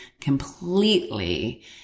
completely